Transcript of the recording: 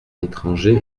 l’étranger